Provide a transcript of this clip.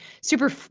super